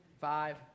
five